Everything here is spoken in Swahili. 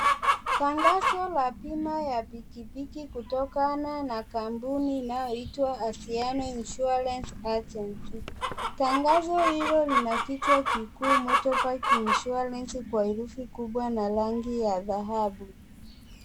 Tangazo la pima ya pikipiki kutokana na kampuni inayoitwa Asiano Insurance Urgent. Tangazo hilo lina kichwa kikuu [csMotorbike Insurance kwa rangi ya dhahabu.